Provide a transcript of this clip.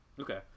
Okay